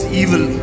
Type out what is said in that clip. evil